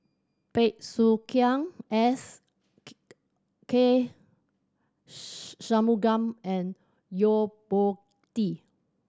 Bey Soo Khiang S K Shanmugam and Yo Po Tee